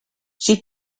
she